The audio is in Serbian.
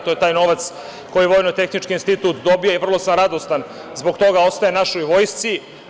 To je taj novac koji Vojno tehnički institut dobija i vrlo sam radostan zbog toga što ostaje našoj vojsci.